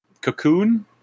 cocoon